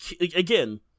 again